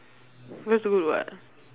that's good [what]